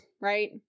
Right